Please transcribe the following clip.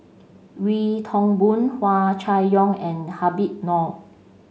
Wee Toon Boon Hua Chai Yong and Habib Noh